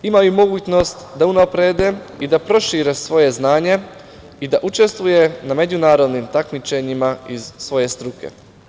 Imaju mogućnost da unaprede i da prošire svoje znanje i da učestvuju na međunarodnim takmičenjima iz svoje struke.